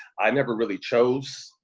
i never really chose.